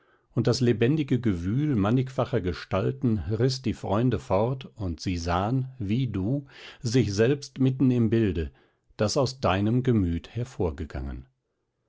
und das lebendige gewühl mannigfacher gestalten riß die freunde fort und sie sahen wie du sich selbst mitten im bilde das aus deinem gemüt hervorgegangen